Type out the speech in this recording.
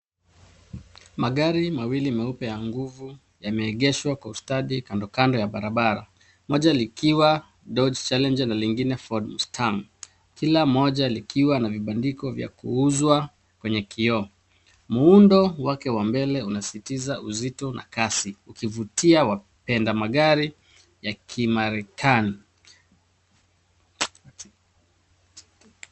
Magari mawili ya nguvu yameegeshwa kwa ustadi kandokando ya barabara. Moja likiwa Dodge Challenger na lingine ni Ford Mustang. Kila mmoja likiwa na vibandiko vya kuuzwa kwenye kioo. Muundo wake wa mbele unasisitiza uzito na kasi ukivutia wapenda magari ya kimarekani.